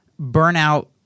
burnout